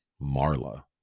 Marla